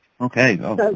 okay